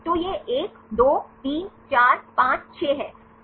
तो यह 1 2 3 4 5 6 है